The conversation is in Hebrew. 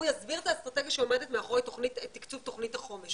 הוא יסביר את האסטרטגיה שעומדת מאחורי תקצוב תוכנית החומש,